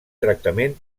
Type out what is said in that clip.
tractament